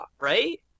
right